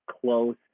close